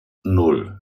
nan